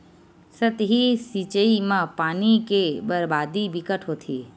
सतही सिचई म पानी के बरबादी बिकट होथे